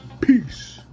peace